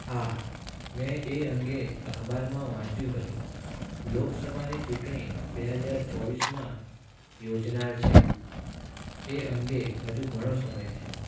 હા મેં એ અંગે અખબારમાં વાંચ્યું હતું લોકસભાની ચૂંટણી બે હજાર ચોવીસમાં યોજાનાર છે એ અંગે હજુ ઘણો સમય છે